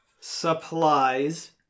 Supplies